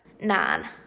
Nine